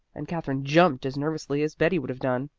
and katherine jumped as nervously as betty would have done.